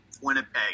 Winnipeg